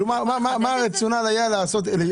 אני שואל מה הרציונל לעשות את זה?